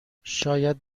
شاید